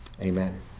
Amen